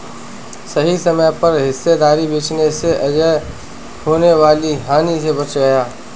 सही समय पर हिस्सेदारी बेचने से अजय होने वाली हानि से बच गया